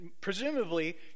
presumably